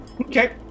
okay